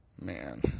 Man